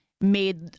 made